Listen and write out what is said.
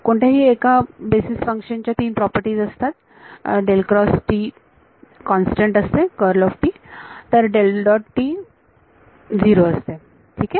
कोणत्याही एक basis function च्या तीन प्रॉपर्टीज असतात कॉन्स्टंट असते तर झिरो असते ठीक आहे